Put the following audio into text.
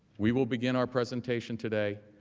we will begin our presentation today.